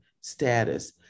status